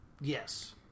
Yes